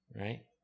Right